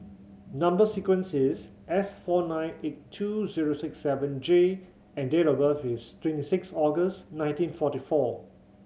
number sequence is S four nine eight two zero six seven J and date of birth is twenty six August nineteen forty four